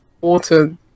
water